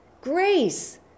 grace